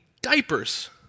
diapers